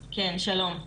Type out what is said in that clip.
שלום.